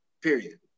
period